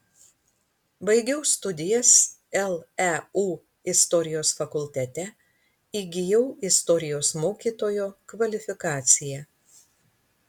baigiau studijas leu istorijos fakultete įgijau istorijos mokytojo kvalifikaciją